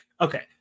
Okay